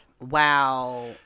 wow